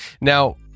Now